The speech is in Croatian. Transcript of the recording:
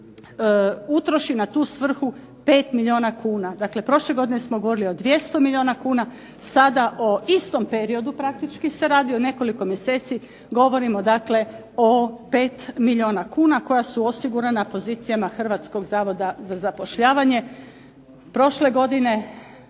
utroši na tu svrhu 5 milijuna kuna, dakle prošle godine smo govorili o 200 milijuna kuna, sada o istom periodu praktički se radi o nekoliko mjeseci, govorimo dakle o 5 milijuna kuna koja su osigurana na pozicijama Hrvatskog zavoda za zapošljavanje.